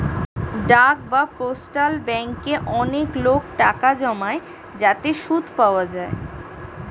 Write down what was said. ডাক বা পোস্টাল ব্যাঙ্কে অনেক লোক টাকা জমায় যাতে সুদ পাওয়া যায়